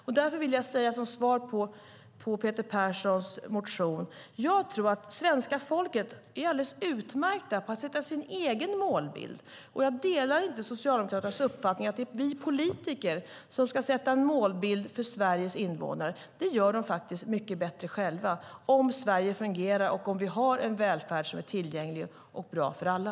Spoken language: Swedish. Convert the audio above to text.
Som svar på Peter Perssons interpellation vill jag säga att jag tror att svenska folket klarar av att sätta sin egen målbild på ett alldeles utmärkt sätt. Jag delar inte Socialdemokraternas uppfattning att det är vi politiker som ska sätta en målbild för Sveriges invånare. Det gör de faktiskt mycket bättre själva om Sverige fungerar och om vi har en välfärd som är tillgänglig och bra för alla.